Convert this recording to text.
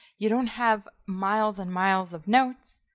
you don't have miles and miles of notes,